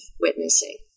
witnessing